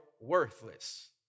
worthless